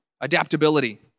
Adaptability